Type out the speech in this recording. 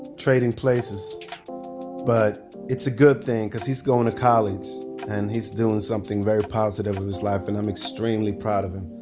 trading places but it's a good thing cause he's going to college and he's doing something very positive with his life and i'm extremely proud of him.